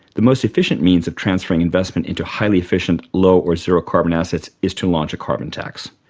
the most efficient means of transferring investment into highly efficient low or zero carbon assets is to launch a carbon tax.